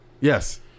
Yes